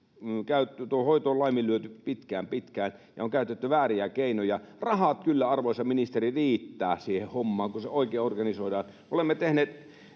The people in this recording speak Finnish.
hoito on laiminlyöty pitkään, pitkään ja on käytetty vääriä keinoja. Rahat kyllä, arvoisa ministeri, riittävät siihen hommaan, kun se oikein organisoidaan. Olemme tehneet